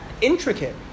intricate